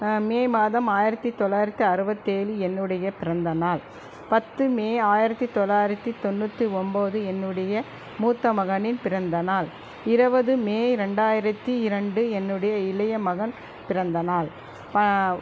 மே மாதம் ஆயிரத்து தொள்ளாயிரத்து அறுபத்தேழு என்னுடைய பிறந்த நாள் பத்து மே ஆயிரத்து தொள்ளாயிரத்து தொண்ணூற்றி ஒம்பது என்னுடைய மூத்த மகனின் பிறந்த நாள் இருவது மே ரெண்டாயிரத்து இரண்டு என்னுடைய இளைய மகன் பிறந்தநாள்